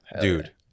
Dude